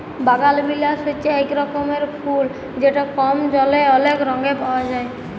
বাগালবিলাস হছে ইক রকমের ফুল যেট কম জলে অলেক রঙে পাউয়া যায়